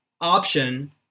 option